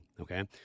Okay